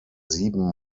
sieben